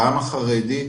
גם החרדית